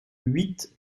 huit